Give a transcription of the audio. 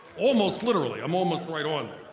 almost literally. i'm almost right on.